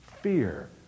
fear